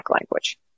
language